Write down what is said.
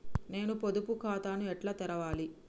నేను పొదుపు ఖాతాను ఎట్లా తెరవాలి?